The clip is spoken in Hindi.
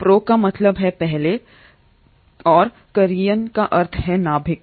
प्रो का मतलब है पहले और करियन का अर्थ है नाभिक